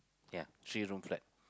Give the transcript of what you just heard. ya three room flat